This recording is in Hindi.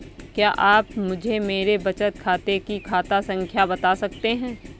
क्या आप मुझे मेरे बचत खाते की खाता संख्या बता सकते हैं?